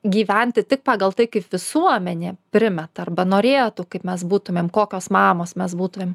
gyventi tik pagal tai kaip visuomenė primeta arba norėtų kaip mes būtumėm kokios mamos mes būtumėm